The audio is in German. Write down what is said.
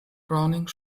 browning